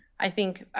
i think,